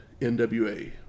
NWA